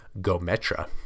gometra